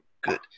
good